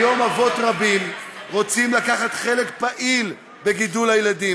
היום אבות רבים רוצים לקחת חלק פעיל בגידול הילדים,